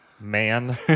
Man